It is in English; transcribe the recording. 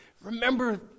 Remember